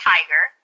Tiger